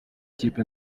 ikipe